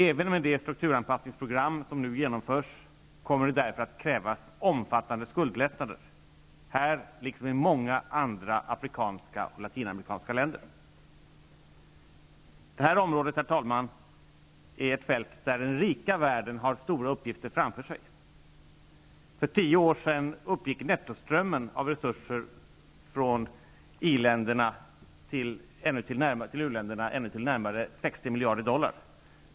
Även med de strukturanpassningsprogram som nu genomförs kommer det därför att krävas omfattande skuldlättnader -- här liksom i många andra afrikanska och latinamerikanska länder. Herr talman! Det här området är ett fält där den rika världen har stora uppgifter framför sig. För tio år sedan uppgick nettoströmmen av resurser från iländer till u-länder till närmare 60 miljarder dollar.